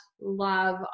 love